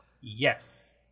Yes